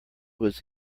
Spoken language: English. was